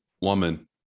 woman